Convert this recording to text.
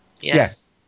Yes